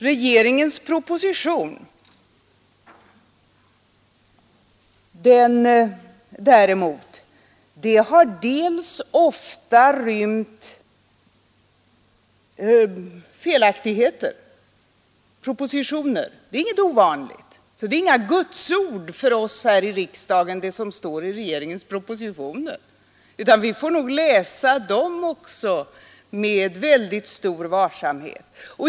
Regeringens propositioner däremot har ofta rymt felaktigheter; det är inget ovanligt. Det är inga gudsord för oss här i riksdagen, det som står i regeringens propositioner, utan vi får nog läsa även dem med mycket stor vaksamhet.